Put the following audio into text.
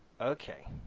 Okay